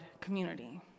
community